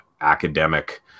academic